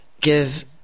give